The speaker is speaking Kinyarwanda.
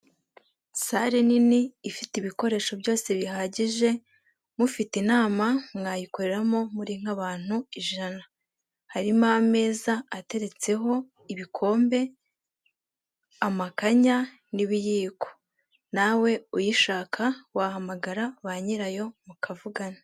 Sale nini ifite ibikoresho byose bihagije, mufite inama mwayikoreramo muri nk'abantu ijana. Harimo ameza ateretseho ibikombe, amakanya n'ibiyiko. Nawe uyishaka wahamagara ba nyirayo mukavugana.